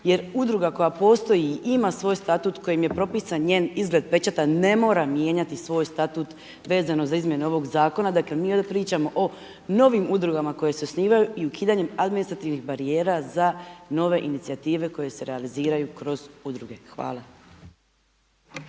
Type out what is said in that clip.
Jer udruga koja postoji i ima svoj statut kojim je propisan njen izgled pečata ne mora mijenjati svoj statut vezano za izmjene ovoga Zakona. Dakle, mi ovdje pričamo o novim udrugama koje se osnivaju i ukidanjem administrativnih barijera za nove inicijative koje se realiziraju kroz udruge. Hvala.